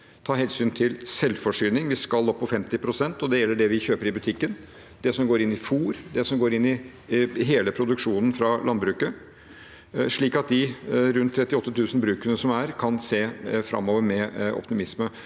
tar hensyn til selvforsyning. Vi skal opp på 50 pst. Det gjelder det vi kjøper i butikken, det som går inn i fôr, det som går inn i hele produksjonen fra landbruket, slik at de rundt 38 000 brukene som er, kan se framover med optimisme.